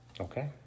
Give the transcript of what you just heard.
Okay